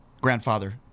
grandfather